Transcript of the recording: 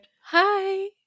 Hi